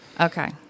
Okay